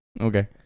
Okay